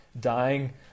dying